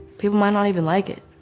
people might not even like it,